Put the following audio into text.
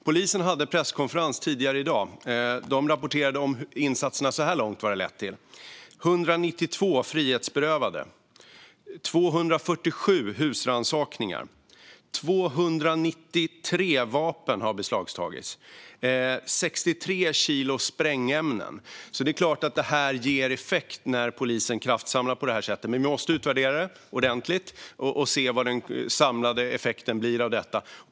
Polisen hade presskonferens tidigare i dag och rapporterade vad insatserna har lett till så här långt: 192 är frihetsberövade, 247 husrannsakningar har gjorts och 293 vapen och 63 kilo sprängämnen har beslagtagits. Det står klart att det ger effekt när polisen kraftsamlar på det här sättet. Vi måste dock utvärdera det ordentligt och se vad den samlade effekten blir.